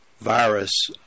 virus